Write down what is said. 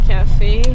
Cafe